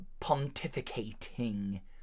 pontificating